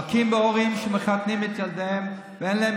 מכים בהורים שמחתנים את ילדיהם ואין להם